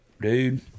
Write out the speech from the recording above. dude